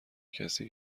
کسی